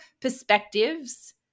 perspectives